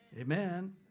Amen